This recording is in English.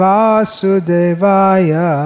Vasudevaya